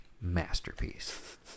masterpiece